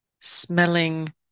smelling